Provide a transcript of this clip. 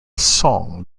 song